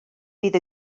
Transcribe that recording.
fydd